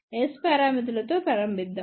S పారామితులతో ప్రారంభిద్దాం